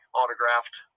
autographed